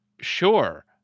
sure